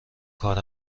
کار